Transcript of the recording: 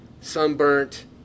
sunburnt